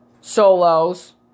solos